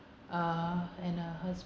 uh and her